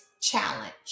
challenge